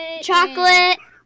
Chocolate